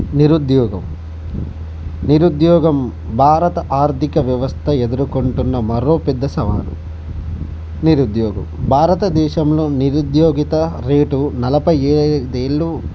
నిరుద్యోగం నిరుద్యోగం భారత ఆర్థిక వ్యవస్థ ఎదుర్కొంటున్న మరో పెద్ద సవాలు నిరుద్యోగం భారతదేశంలో నిరుద్యోగిత రేటు నలభై ఎ ఐదు